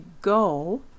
go